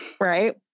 right